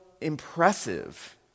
impressive